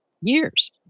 years